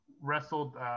wrestled